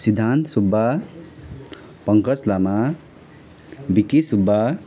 Siddhant Subba Pankaj Lama Biki Subba